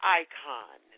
icon